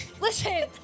listen